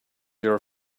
your